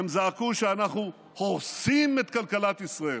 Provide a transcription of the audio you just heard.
הם זעקו שאנחנו הורסים את כלכלת ישראל.